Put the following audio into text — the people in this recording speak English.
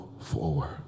forward